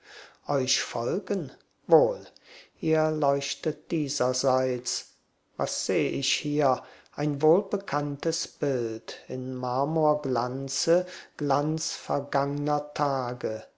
euch folgen wohl ihr leuchtet dieserseits was seh ich hier ein wohlbekanntes bild in marmorglanze glanz vergangner tage